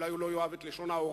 אולי הוא לא יאהב את לשון ההוראה,